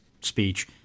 speech